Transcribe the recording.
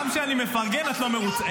וגם מפה נאחל לך מכולנו המון המון מזל טוב.